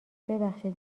ببخشید